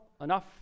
enough